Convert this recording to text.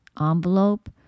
envelope